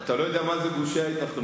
אתה לא יודע מה זה גושי התנחלויות,